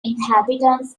inhabitants